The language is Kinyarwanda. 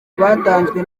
rwatanzwe